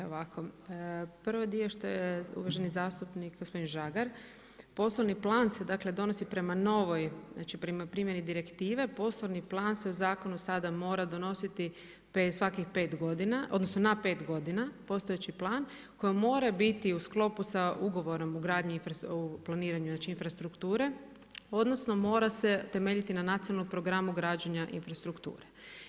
E ovako, prvo dio što je uvaženi zastupnik gospodin Žagar, poslovni plan se dakle, donosi prema novoj znači prema primjeni direktive, poslovni plan se u zakonu sada mora donositi svakih 5 godina, odnosno, na 5 godina, postojeći plan, koji mora biti u sklopu sa ugovorom o gradnji, o planiranju infrastrukture, odnosno, mora se temeljiti na nacionalnom programu građenja infrastrukture.